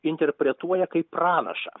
interpretuoja kaip pranašą